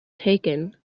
taken